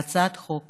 להצעת חוק